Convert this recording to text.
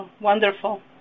Wonderful